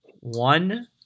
one –